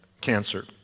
cancer